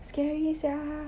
scary sia